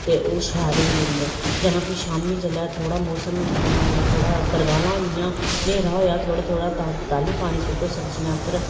ते ओह् शैल होई जंदे जां फ्ही शाम्मी जेल्लै थोह्ड़ा मौसम थोह्ड़ा तरकालां होई गेइयां न्हेरा होएआ थोह्ड़ा थोह्ड़ा तां तैल्लू पानी सुट्टो सब्जियें उप्पर